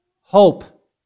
Hope